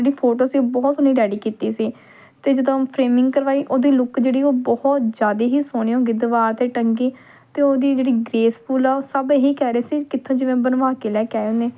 ਜਿਹੜੀ ਫੋਟੋ ਸੀ ਉਹ ਬਹੁਤ ਸੋਹਣੀ ਰੈਡੀ ਕੀਤੀ ਸੀ ਅਤੇ ਜਦੋਂ ਫਰੇਮਿੰਗ ਕਰਵਾਈ ਉਹਦੀ ਲੁੱਕ ਜਿਹੜੀ ਉਹ ਬਹੁਤ ਜ਼ਿਆਦੀ ਹੀ ਸੋਹਣੀ ਹੋ ਗਈ ਦੀਵਾਰ 'ਤੇ ਟੰਗੀ ਅਤੇ ਉਹਦੀ ਜਿਹੜੀ ਗ੍ਰੇਸਫੁੱਲ ਆ ਉਹ ਸਭ ਇਹੀ ਕਹਿ ਰਹੇ ਸੀ ਕਿੱਥੋਂ ਜਿਵੇਂ ਬਣਵਾ ਕੇ ਲੈ ਕੇ ਆਏ ਨੇ